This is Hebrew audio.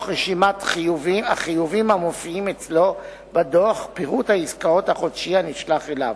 ברשימת החיובים המופיעים אצלו בדוח פירוט העסקאות החודשי הנשלח אליו,